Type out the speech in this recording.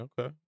Okay